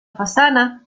façana